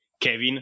Kevin